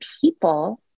people